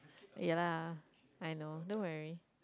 ya lah I know don't worry